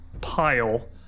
pile